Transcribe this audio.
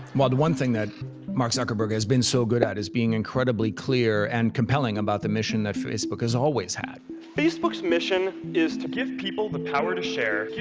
well, the one thing that mark zuckerberg has been so good at is being incredibly clear and compelling about the mission that facebook has always had. facebook's mission is to give people the power to share.